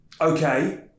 Okay